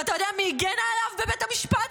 ואתה יודע מי הגנה עליו בבית המשפט,